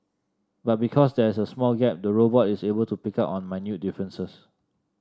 but because there is a small gap the robot is able to pick up on minute differences